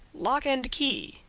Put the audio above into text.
lock-and-key,